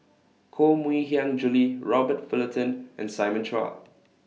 Koh Mui Hiang Julie Robert Fullerton and Simon Chua